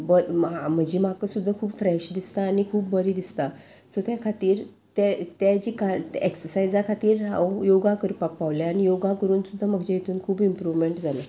ब म्हजी म्हाका सुद्दां खूब फ्रेश दिसता आनी खूब बरी दिसता सो तें खातीर तें तेजी एक्ससायजा खातीर हांव योगा करपाक पावलें आनी योगा करून सुद्दां म्हजे हितून खूब इम्प्रूवमेंट जालें